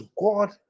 god